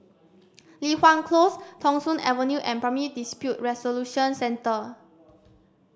Li Hwan Close Thong Soon Avenue and Primary Dispute Resolution Centre